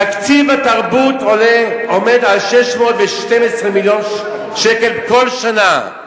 תקציב התרבות עומד על 612 מיליון שקל כל שנה.